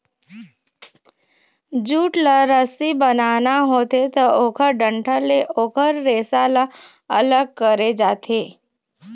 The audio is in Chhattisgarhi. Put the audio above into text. जूट ल रस्सी बनाना होथे त ओखर डंठल ले ओखर रेसा ल अलग करे जाथे